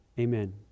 amen